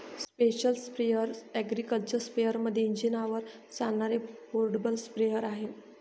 special sprayer agriculture स्पेअरमध्ये इंजिनावर चालणारे पोर्टेबल स्प्रेअर आहे